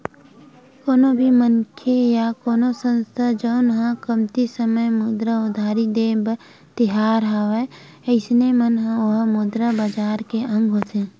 कोनो भी मनखे या कोनो संस्था जउन ह कमती समे मुद्रा उधारी देय बर तियार हवय अइसन म ओहा मुद्रा बजार के अंग होथे